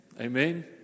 amen